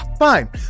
fine